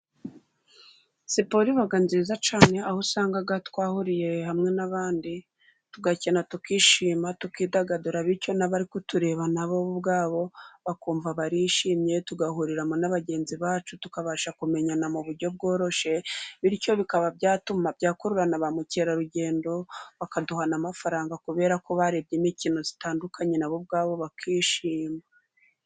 Siporo iba nziza cyane aho usangaga twahuriye hamwe n'abandi tugakina tukishima, tukidagadura bityo n'abari kutureba na bo ubwabo bakumva barishimye ,tugahuriramo na bagenzi bacu tukabasha kumenyana mu buryo bworoshye, bityo bikaba byatuma byakurura na ba mukerarugendo, bakaduhana n'amafaranga kubera ko barebye imikino itandukanye ,na bo ubwabo bakishima.